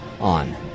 on